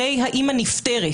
הרי האימא נפטרת.